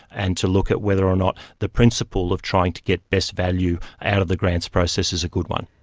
and to look at whether or not the principle of trying to get best value out of the grants process is a good one.